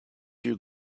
you